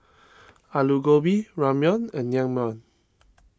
Alu Gobi Ramyeon and Naengmyeon